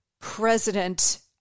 President